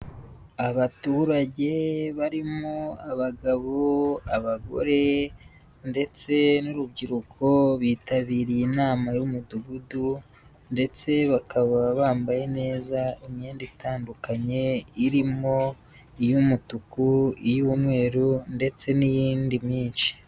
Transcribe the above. Abaturage barimo abagabo, abagore ndetse n'urubyiruko bitabiriye inama y'umudugudu ndetse bakaba bambaye neza imyenda itandukanye irimo; iy'umutuku, iy'umweru ndetse n'iyindi myinshi.